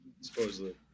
supposedly